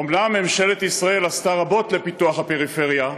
אומנם ממשלת ישראל עשתה רבות לפיתוח הפריפריה,